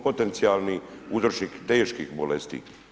Potencijalni uzročnik teških bolesti.